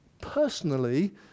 personally